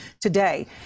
today